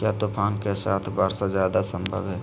क्या तूफ़ान के साथ वर्षा जायदा संभव है?